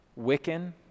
Wiccan